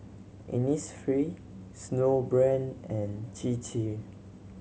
Innisfree Snowbrand and Chir Chir